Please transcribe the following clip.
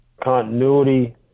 continuity